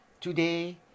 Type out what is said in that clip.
today